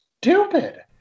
stupid